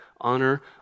honor